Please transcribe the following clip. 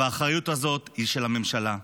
האחריות הזאת היא של הממשלה.